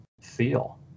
feel